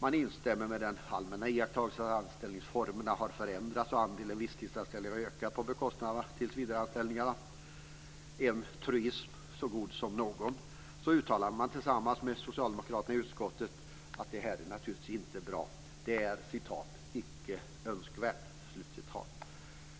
Man instämmer i den allmänna iakttagelsen att anställningsformerna har förändrats, att andelen visstidsanställningar har ökat på bekostnad av tillsvidareanställningarna. I en truism så god som någon uttalar man tillsammans med socialdemokraterna i utskottet att det här naturligtvis inte är bra. Det är